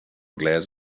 glass